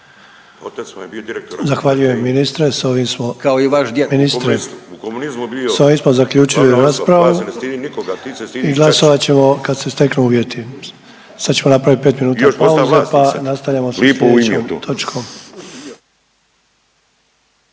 Zahvaljujem ministre. S ovim smo zaključili raspravu i glasovat ćemo kad se steknu uvjeti. Sad ćemo napraviti pet minuta …/Upadica Bulj: I još posta